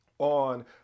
On